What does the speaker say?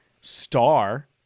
star